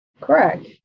Correct